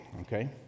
okay